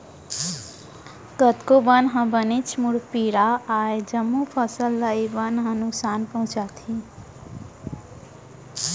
कतको बन ह बनेच मुड़पीरा अय, जम्मो फसल ल ए बन मन नुकसान पहुँचाथे